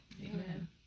Amen